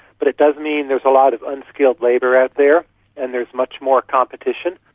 but it does mean there's a lot of unskilled labour out there and there is much more competition.